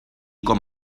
com